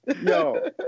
No